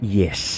yes